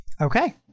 Okay